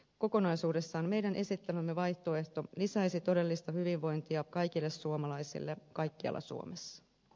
kokonaisuudessaan meidän esittämämme vaihtoehto lisäisi todellista hyvinvointia kaikille suomalaisille kaikkialla suomessa